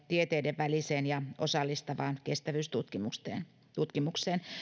tieteiden väliseen ja osallistavaan kestävyystutkimukseen